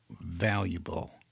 valuable